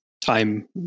time